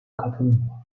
katılmıyor